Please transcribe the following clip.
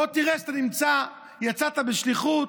בוא תראה, יצאת בשליחות,